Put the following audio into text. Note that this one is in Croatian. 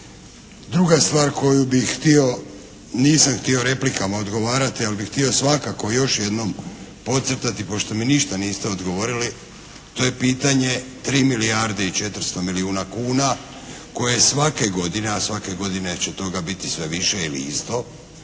Druga stvar koju bih htio, nisam htio replikama odgovarati, ali bih htio svakako još jednom podcrtati pošto mi ništa niste odgovorili, to je pitanje 3 milijarde i 400 milijuna kuna koje svake godine, a svake godine će toga biti sve više ili isto